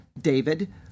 David